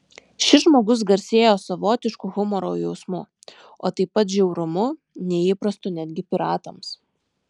šis žmogus garsėjo savotišku humoro jausmu o taip pat žiaurumu neįprastu netgi piratams